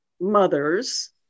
mothers